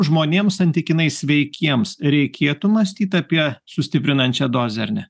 žmonėms santykinai sveikiems reikėtų mąstyt apie sustiprinančią dozę ar ne